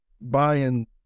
buying